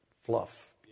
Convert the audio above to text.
fluff